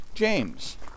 James